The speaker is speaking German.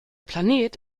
planet